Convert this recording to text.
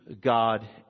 God